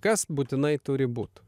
kas būtinai turi būt